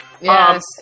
Yes